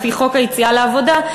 לפי חוק היציאה לעבודה,